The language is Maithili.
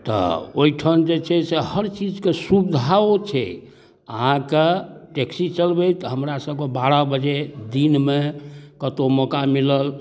तऽ ओहिठाम जे छै से हर चीजके सुविधो छै अहाँके टैक्सी चलबैत हमरासभके बारह बजे दिनमे कतहु मौका मिलल